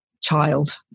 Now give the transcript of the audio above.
child